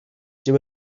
dyw